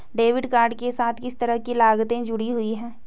Debit card के साथ किस तरह की लागतें जुड़ी हुई हैं?